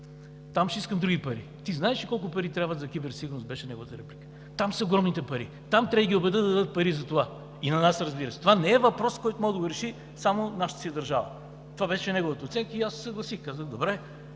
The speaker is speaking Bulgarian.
„Там ще искам други пари. Ти знаеш ли колко пари трябват за киберсигурност? – беше неговата реплика – там са огромните пари, там трябва да ги убедя да дадат пари за това. И на нас, разбира се. Това не е въпрос, който може да го реши само нашата държава.“ Това беше неговата оценка и аз се съгласих, казах: добре.